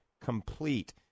Complete